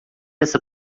essa